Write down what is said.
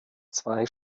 zwei